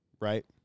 right